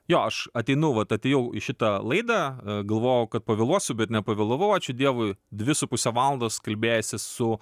jo aš ateinu vat atėjau į šitą laidą galvojau kad pavėluosiu bet nepavėlavau ačiū dievui dvi su puse valandos kalbėjęsis su